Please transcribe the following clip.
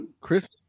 Christmas